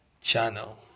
channel